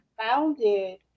founded